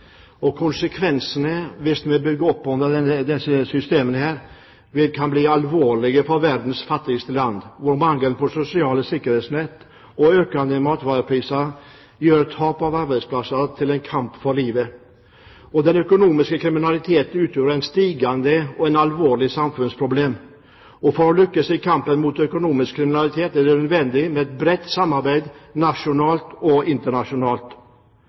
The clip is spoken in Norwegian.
Konsekvensene, hvis vi bygger opp under disse systemene, kan bli alvorlige for verdens fattigste land, hvor mangelen på sosiale sikkerhetsnett og økende matvarepriser gjør tap av arbeidsplasser til en kamp for livet. Den økonomiske kriminaliteten utgjør et stigende og alvorlig samfunnsproblem. For å lykkes i kampen mot økonomisk kriminalitet er det nødvendig med et bredt samarbeid nasjonalt og internasjonalt.